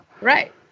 Right